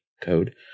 code